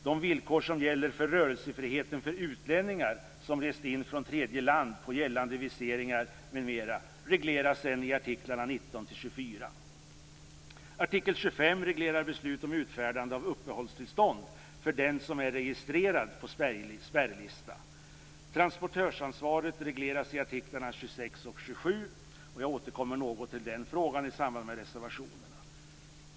De villkor som gäller rörelsefriheten för utlänningar som rest in från tredje land på gällande viseringar m.m. regleras i artiklarna 19-24. 27. Jag återkommer till den frågan i samband med reservationerna.